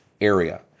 area